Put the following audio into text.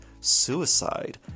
suicide